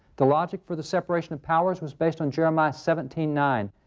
the logic for the separation of powers was based on jeremiah seventeen nine.